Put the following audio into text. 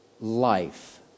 Life